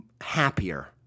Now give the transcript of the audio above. happier